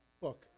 book